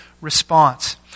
response